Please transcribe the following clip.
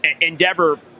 Endeavor